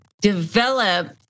develop